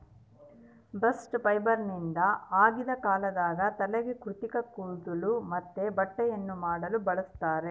bast ಫೈಬರ್ನಿಂದ ಆಗಿನ ಕಾಲದಾಗ ತಲೆಗೆ ಕೃತಕ ಕೂದ್ಲು ಮತ್ತೆ ಬಟ್ಟೆಯನ್ನ ಮಾಡಲು ಬಳಸ್ತಾರ